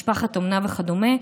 משפחת אומנה וכדומה,